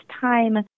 time